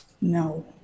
No